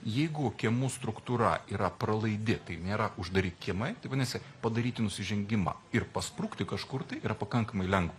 jeigu kiemų struktūra yra pralaidi tai nėra uždari kiemai tai vadinasi padaryti nusižengimą ir pasprukti kažkur tai yra pakankamai lengva